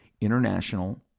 international